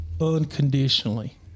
unconditionally